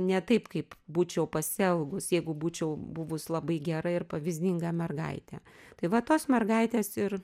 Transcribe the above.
ne taip kaip būčiau pasielgus jeigu būčiau buvus labai gera ir pavyzdinga mergaitė tai va tos mergaitės ir